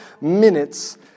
minutes